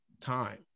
time